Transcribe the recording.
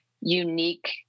unique